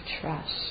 trust